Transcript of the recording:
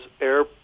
air